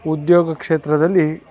ಉದ್ಯೋಗ ಕ್ಷೇತ್ರದಲ್ಲಿ